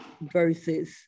versus